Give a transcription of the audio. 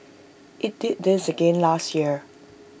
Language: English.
IT did this again last year